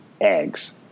eggs